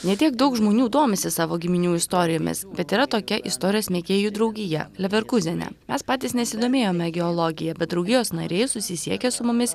ne tiek daug žmonių domisi savo giminių istorijomis bet yra tokia istorijos mėgėjų draugija leverkūzene mes patys nesidomėjome geologija bet draugijos nariai susisiekė su mumis